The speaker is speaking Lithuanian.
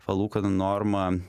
palūkanų norma